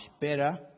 better